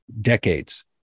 Decades